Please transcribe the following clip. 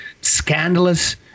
scandalous –